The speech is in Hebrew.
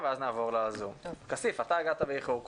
אבל כולם אמרו לי שזה קשה ושאני לא אגיע לשום מקום.